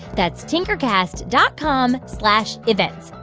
that's tinkercast dot com slash events.